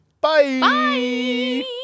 Bye